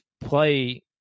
play –